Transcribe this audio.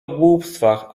głupstwach